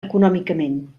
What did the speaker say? econòmicament